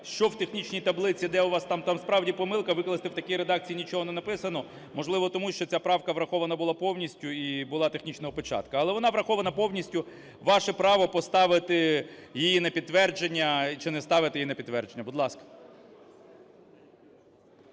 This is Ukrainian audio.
що в технічній таблиці, де у вас там, там справді помилка, викласти в такій редакції нічого не написано. Можливо, тому що ця правка врахована була повністю, і була технічна опечатка. Але вона врахована повністю. Ваше право поставити її на підтвердження чи не ставити її на підтвердження. Будь ласка.